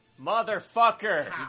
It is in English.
Motherfucker